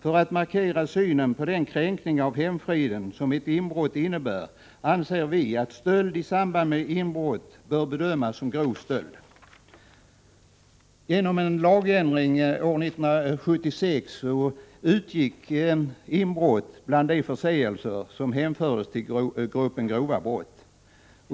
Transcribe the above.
För att markera synen på den kränkning av hemfriden som ett inbrott är anser vi att stöld i samband med inbrott bör bedömas som grov stöld. Genom en lagändring 1976 utgick inbrott bland de förseelser som hänfördes till gruppen grova brott.